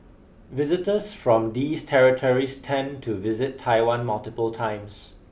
visitors from these territories tend to visit Taiwan multiple times